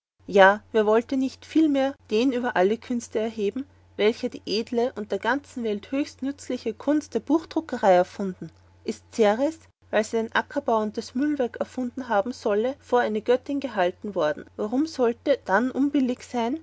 ja wer wollte nicht vielmehr den über alle künstler erheben welcher die edle und der ganzen welt höchst nutzliche kunst der buchdruckerei erfunden ist ceres weil sie den ackerbau und das mühlwerk erfunden haben solle vor eine göttin gehalten worden warum sollte dann unbillig sein